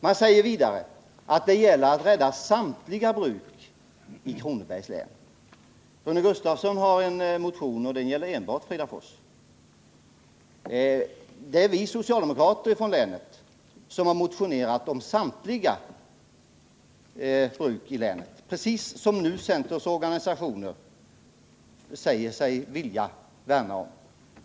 Man säger vidare att det gäller att rädda samtliga bruk i Kronobergs län. Rune Gustavsson har en motion, och den gäller enbart Fridafors. Det är vi socialdemokrater från länet som motionerat om samtliga bruk i länet — som nu centerns organisationer säger sig vilja värna om.